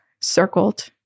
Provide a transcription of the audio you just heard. circled